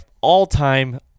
all-time